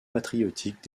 patriotiques